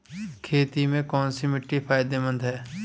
खेती में कौनसी मिट्टी फायदेमंद है?